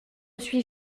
suis